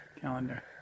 Calendar